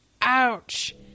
Ouch